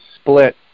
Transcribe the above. split